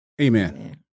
Amen